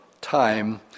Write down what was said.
time